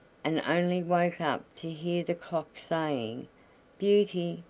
and only woke up to hear the clock saying beauty,